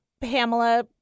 Pamela